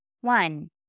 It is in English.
One